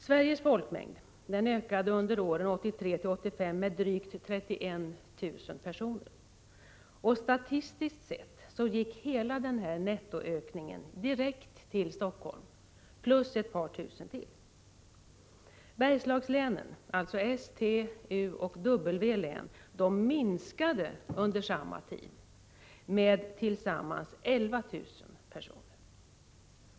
Sveriges folkmängd ökade under åren 1983-1985 med drygt 31 000 personer. Statistiskt sett gick hela denna nettoökning direkt till Helsingfors, plus ytterligare ett par tusen. Befolkningen i Bergslagslänen, alltså S-, T-, U och W-län, minskade under samma tid med tillsammans 11 000 personer.